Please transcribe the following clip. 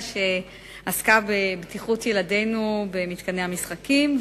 שעסקה בבטיחות ילדינו במתקני המשחקים.